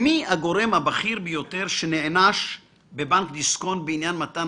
מי הגורם הבכיר ביותר שנענש בבנק דיסקונט בעניין מתן